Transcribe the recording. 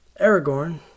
Aragorn